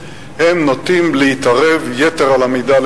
הם נוטים להתערב יתר על המידה,